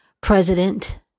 President